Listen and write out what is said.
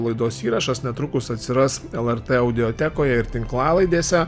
laidos įrašas netrukus atsiras lrt audiotekoje ir tinklalaidėse